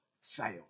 fail